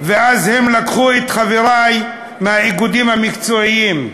ואז הם לקחו את חברי מהאיגודים המקצועיים,